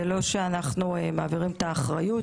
זה לא שאנחנו מעבירים את האחריות,